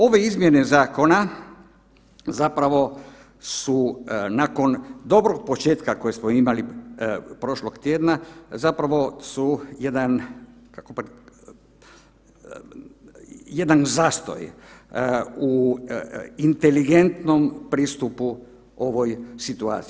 Ove izmjene zakona zapravo su nakon dobrog početka kojeg smo imali prošlog tjedna zapravo su jedan zastoj u inteligentnom pristupu u ovoj situaciji.